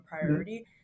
priority